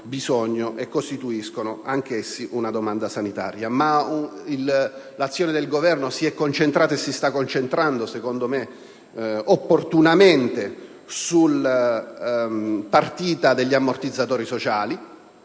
e costituiscono anch'essi domanda sanitaria. L'azione del Governo si è concentrata e si sta concentrando, secondo me opportunamente, sulla partita degli ammortizzatori sociali.